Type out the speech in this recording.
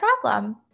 problem